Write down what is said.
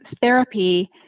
therapy